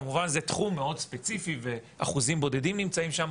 כמובן זה תחום מאוד ספציפי ואחוזים בודדים נמצאים שם,